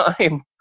time